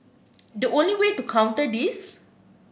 the only way to counter this